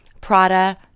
Prada